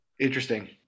interesting